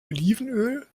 olivenöl